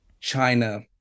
China